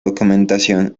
documentación